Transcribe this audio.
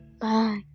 bye